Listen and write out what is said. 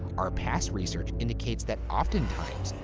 our past research indicates that, oftentimes,